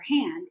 hand